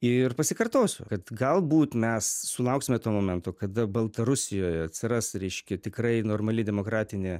ir pasikartosiu kad galbūt mes sulauksime to momento kada baltarusijoje atsiras reiškia tikrai normali demokratinė